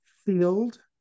Field